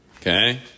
Okay